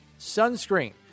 sunscreen